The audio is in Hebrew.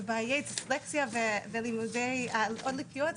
עם דיסלקציה ועוד לקויות.